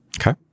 Okay